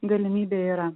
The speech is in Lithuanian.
galimybė yra